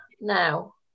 now